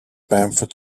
bamford